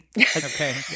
Okay